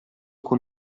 col